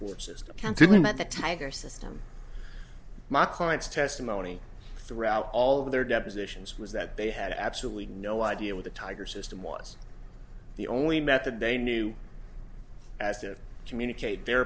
the tiger system my clients testimony throughout all of their depositions was that they had absolutely no idea what the tiger system was the only method they knew as to communicate their